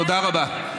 תודה רבה.